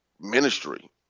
ministry